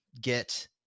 get